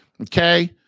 Okay